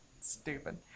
stupid